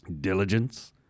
diligence